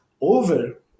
over